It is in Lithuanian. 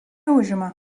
užima